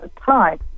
time